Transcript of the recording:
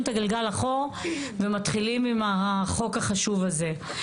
את הגלגל לאחור ומתחילים עם החוק החשוב הזה.